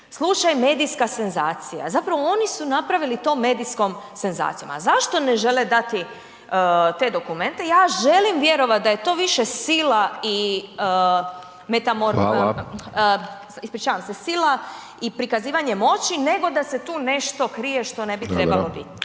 slučaj, medijska senzacija. Zapravo oni su napravili to medijskom senzacijom. A zašto ne žele dati te dokumente? Ja želim vjerovati da je to više sila i prikazivanje moći nego da se tu nešto krije što ne bi trebalo biti.